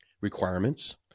requirements